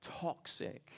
toxic